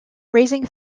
raising